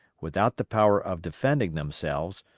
without the power of defending themselves,